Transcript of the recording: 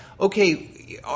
okay